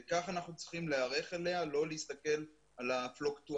וכך אנחנו צריכים להיערך אליה ולא להסתכל על הפלוקטואציות